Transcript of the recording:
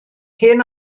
hen